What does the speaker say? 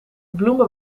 bloemen